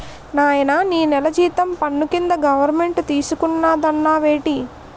నాయనా నీ నెల జీతం పన్ను కింద గవరమెంటు తీసుకున్నాదన్నావేటి